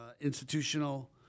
institutional